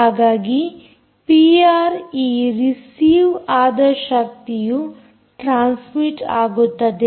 ಹಾಗಾಗಿ ಪಿಆರ್ ಈ ರಿಸೀವ್ ಆದ ಶಕ್ತಿಯು ಟ್ರಾನ್ಸ್ಮಿಟ್ ಆಗುತ್ತದೆ